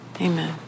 Amen